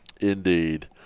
Indeed